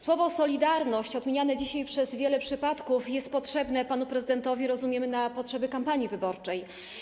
Słowo „solidarność”, odmieniane dzisiaj przez wiele przypadków, jest potrzebne panu prezydentowi, rozumiem, na potrzeby kampanii wyborczej.